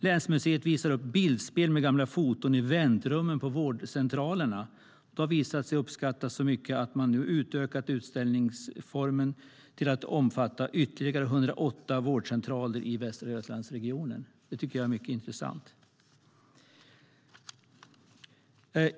Länsmuseet visar upp bildspel med gamla foton i väntrummen på vårdcentralerna. Det har visat sig uppskattas så mycket att man nu utökat utställningsformen till att omfatta ytterligare 108 vårdcentraler i Västra Götalandsregionen. Det är mycket intressant.